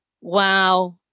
Wow